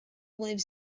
lives